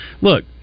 Look